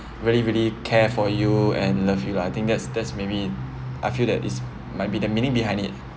really really care for you and love you lah I think that's that's maybe I feel that it's might be the meaning behind it